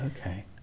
okay